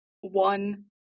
one